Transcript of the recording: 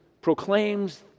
proclaims